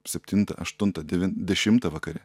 septintą aštuntą devin dešimtą vakare